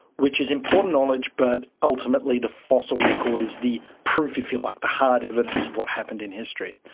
which is important knowledge but ultimately the fossil record is the proof, if you like, the hard evidence of what happened in history.